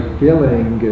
feeling